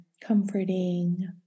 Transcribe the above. comforting